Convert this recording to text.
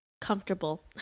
Comfortable